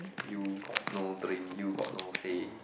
you got no dream you got no say